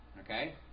okay